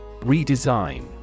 Redesign